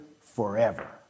forever